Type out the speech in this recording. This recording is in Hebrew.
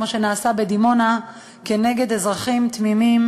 כמו שנעשה בדימונה כנגד אזרחים תמימים